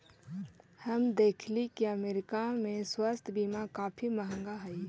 हम देखली की अमरीका में स्वास्थ्य बीमा काफी महंगा हई